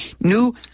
New